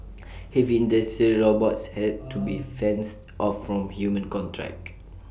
heavy industrial robots had to be fenced off from human contact